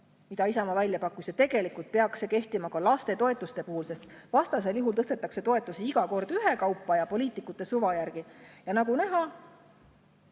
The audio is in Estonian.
mille Isamaa välja pakkus, ja tegelikult peaks see kehtima ka lastetoetuste puhul, sest vastasel juhul tõstetakse toetusi iga kord ühekaupa ja poliitikute suva järgi. Nagu näha,